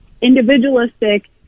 individualistic